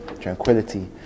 tranquility